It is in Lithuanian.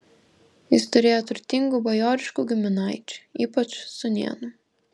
jis turėjo turtingų bajoriškų giminaičių ypač sūnėnų